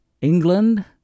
England